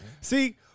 See